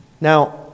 Now